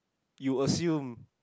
you assume